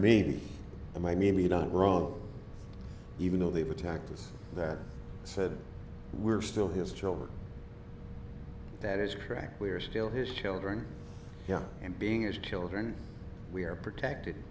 me and my maybe done wrong even though they've attacked us that said we're still his children that is correct we are still his children yeah and being as children we are protected